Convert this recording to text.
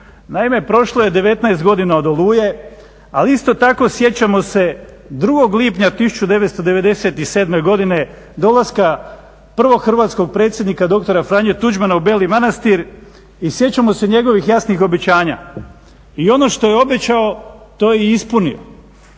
Naime, prošlo je 19 godina od Oluje ali isto tako sjećamo se 2. lipnja 1997. godine dolaska prvog hrvatskog predsjednika dr. Franje Tuđmana u Beli Manastir i sjećamo se njegovih jasnih obećanja. I ono što je obećao to je i ispunio.